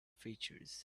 features